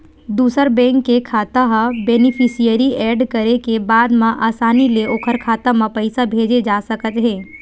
दूसर बेंक के खाता ह बेनिफिसियरी एड करे के बाद म असानी ले ओखर खाता म पइसा भेजे जा सकत हे